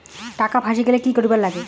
টাকা ফাঁসি গেলে কি করিবার লাগে?